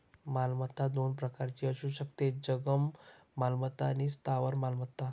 मालमत्ता दोन प्रकारची असू शकते, जंगम मालमत्ता आणि स्थावर मालमत्ता